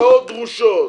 השקעות דרושות,